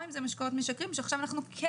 או אם זה משקאות משכרים שעכשיו אנחנו כן